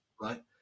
Right